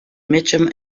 mitcham